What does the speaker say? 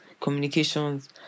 communications